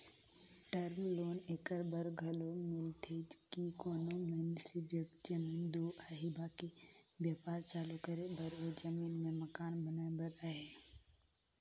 term loan एकर बर घलो मिलथे कि कोनो मइनसे जग जमीन दो अहे बकि बयपार चालू करे बर ओ जमीन में मकान बनाए बर अहे